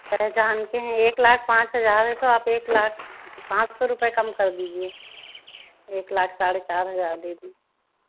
पहचान के हैं एक लाख पाँच हजार है तो आप एक लाख पाँच सौ रुपए कम कर दीजिए एक लाख साढ़े चार हजार दे दीजिए